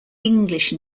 english